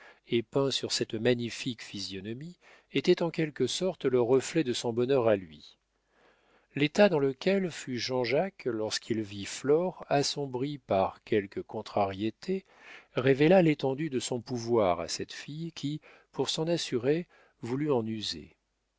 et peint sur cette magnifique physionomie était en quelque sorte le reflet de son bonheur à lui l'état dans lequel fut jean-jacques lorsqu'il vit flore assombrie par quelques contrariétés révéla l'étendue de son pouvoir à cette fille qui pour s'en assurer voulut en user